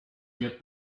get